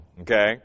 okay